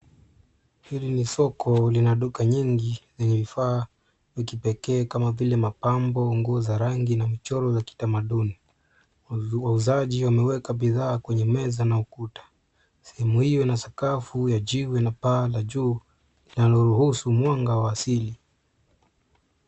Hili ni soko lina duka nyingi zenye vifaa vya kipekee kama vile mapambo, nguo za rangi na michoro za kitamaduni. Wauzaji wameweka bidhaa kwenye meza na ukuta. Sehemu hiyo ina sakafu ya jiwe na paa la juu linaloruhusu mwanga wa asili.